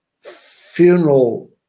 funeral